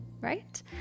right